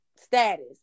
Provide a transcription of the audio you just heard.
status